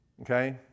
Okay